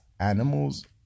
Animals